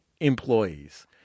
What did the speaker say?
employees